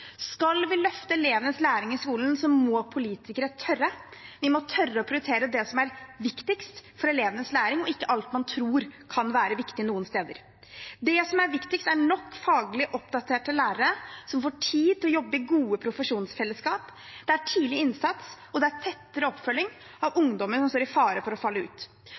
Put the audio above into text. Skal vi løfte elevenes læring i skolen, må politikere tørre. Vi må tørre å prioritere det som er viktigst for elevenes læring, og ikke alt man tror kan være viktig noen steder. Det som er viktigst, er nok faglig oppdaterte lærere som får tid til å jobbe i gode profesjonsfellesskap, tidlig innsats og tettere oppfølging av ungdommer som står i fare for å falle ut.